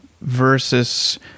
versus